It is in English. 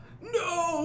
no